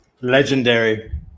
legendary